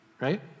right